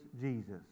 Jesus